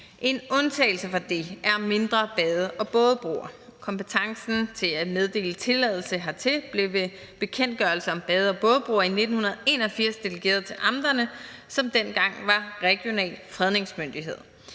En undtagelse fra det er mindre bade- og bådebroer. Kompetencen til at meddele tilladelse hertil blev ved bekendtgørelse om bade- og bådebroer i 1981 delegeret til amterne, som dengang var regional fredningsmyndighed.